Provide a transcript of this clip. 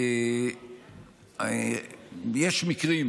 יש מקרים,